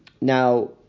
now